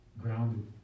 grounded